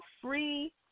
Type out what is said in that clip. free